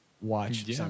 watch